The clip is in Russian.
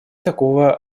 такого